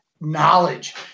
knowledge